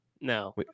No